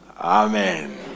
Amen